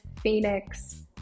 Phoenix